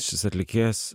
šis atlikėjas